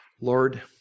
Lord